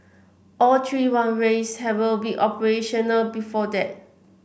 all three runways have all be operational before that